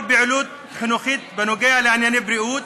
פעילות חינוכית בנוגע לענייני בריאות,